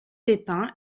pépin